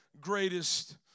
greatest